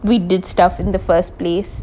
we did stuff in the first place